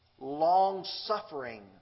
long-suffering